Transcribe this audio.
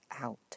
out